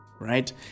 right